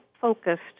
focused